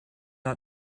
not